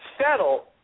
settle